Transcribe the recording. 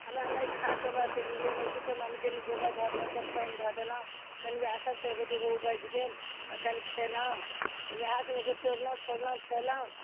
हमरा नहि खाद देबऽके लुरि अइ नहि किछो गोबर धऽ देलहुँ कनि पानि धऽ देलहुँ कनि वएह सभ तऽ एगो दुगो उपजि गेल कनि खेलहुँ तऽ वएह सभ एगो तोड़लहुँ फोड़लहुँ खेलहुँ